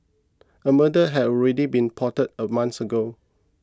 a murder had already been plotted a month ago